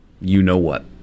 you-know-what